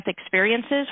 experiences